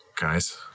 Guys